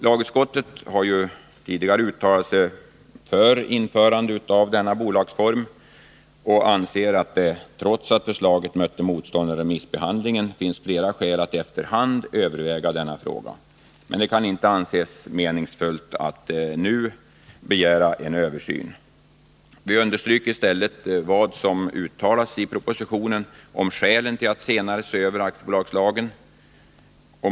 Lagutskottet har ju tidigare uttalat sig för införande av denna bolagsform och anser att det, trots att förslaget mötte motstånd vid remissbehandlingen, finns flera skäl för att efter hand överväga denna fråga, men det kan inte anses meningsfullt att nu begära en översyn. Vi understryker i stället vad som uttalas i propositionen om skälen till att senare se över aktiebolagslagen.